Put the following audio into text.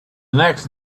next